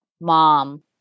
mom